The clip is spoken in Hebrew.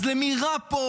אז למי רע פה,